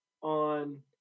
on